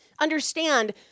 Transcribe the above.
understand